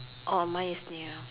oh mine is near